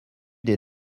des